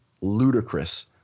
ludicrous